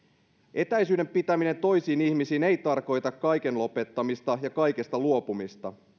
etäisyyden pitäminen toisiin ihmisiin ei tarkoita kaiken lopettamista ja kaikesta luopumista